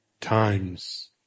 times